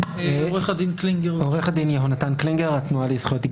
כן, עו"ד קלינגר, בבקשה.